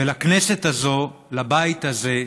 ולכנסת הזאת, לבית הזה,